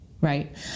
right